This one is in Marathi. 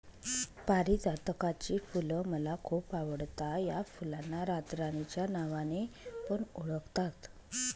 पारीजातकाची फुल मला खूप आवडता या फुलांना रातराणी च्या नावाने पण ओळखतात